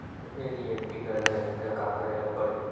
NEFT करना हे त का करे ल पड़हि?